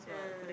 ah